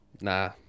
nah